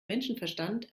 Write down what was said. menschenverstand